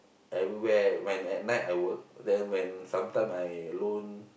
everywhere when at night I work then when sometime I alone